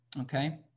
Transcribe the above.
okay